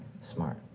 smart